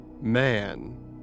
Man